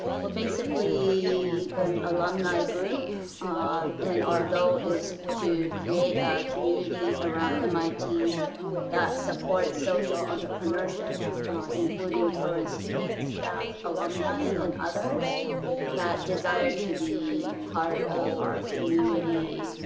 we are basically an alumni group um and our goal is to create a community around mit that supports social entrepreneurship including current students, staff, alumni and others that desire to be part of our community,